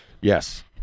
Yes